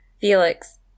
Felix